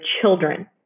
children